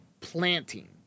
planting